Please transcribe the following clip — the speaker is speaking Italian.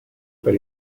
per